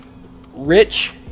rich